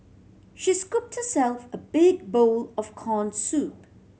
she scooped herself a big bowl of corn soup